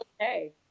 okay